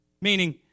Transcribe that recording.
meaning